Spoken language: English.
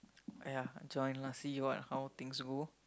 !aiya! join lah see what how things go